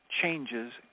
changes